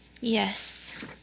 Yes